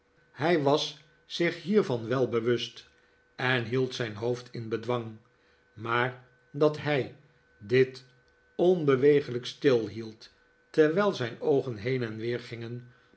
hij was zich hiervan wel bewust en hield zijn hoofd in bedwang maar dat hij dit onbeweeglijk stilhield terwijl zijn oogen heen en weer gingen